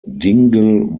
dingle